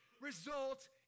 result